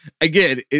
again